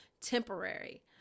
temporary